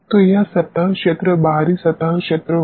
तो यह सतह क्षेत्र बाहरी सतह क्षेत्र होगा